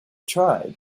tried